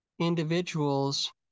individuals